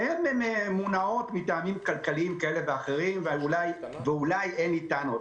שהן מוּנעות מטעמים כלכליים כאלה או אחרים ואולי אין לי טענות.